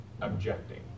objecting